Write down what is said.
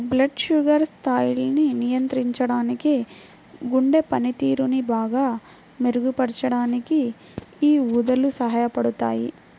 blood sugar స్థాయిల్ని నియంత్రించడానికి, గుండె పనితీరుని బాగా మెరుగుపరచడానికి యీ ఊదలు సహాయపడతయ్యి